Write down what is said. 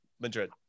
Madrid